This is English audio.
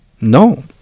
No